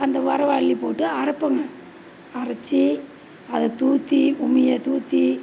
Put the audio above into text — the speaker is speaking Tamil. அந்த வரவை அள்ளிபோட்டு அரைப்போங்க அரைத்து அதை தூற்றி உம்மியை தூற்றி